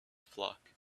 flock